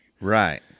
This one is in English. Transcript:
Right